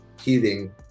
heating